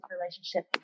relationship